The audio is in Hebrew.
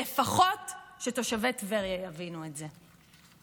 לפחות שתושבי טבריה יבינו את זה.